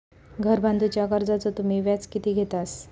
घर बांधूच्या कर्जाचो तुम्ही व्याज किती घेतास?